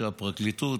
שכשהפרקליטות